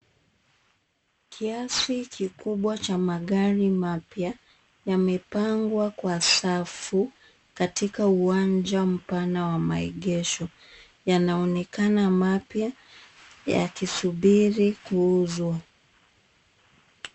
Kiasi kikubwa cha magari mapya yamepangwa kwa safu katika uwanja mpana wa maegesho. Yanaonekana mapya yakisubiri kuuzwa.